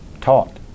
taught